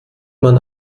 man